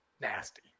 Nasty